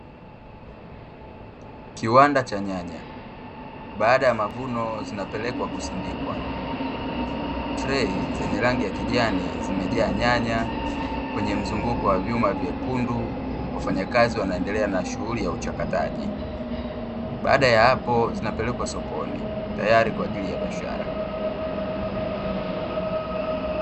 Kiwanda cha nyanya; baada ya mavuno zinapelekwa kusindikwa. trei zenye rangi ya kijani zimejaa nyanya kwenye mzunguko wa vyuma vyekundu, wafanyakazi wanaendelea na shughuli ya uchakataji. Baada ya hapo zinapelekwa sokoni, tayari kwa ajili ya biashara.